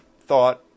thought